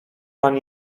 pan